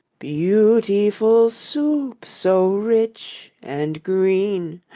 beautiful soup, so rich and green,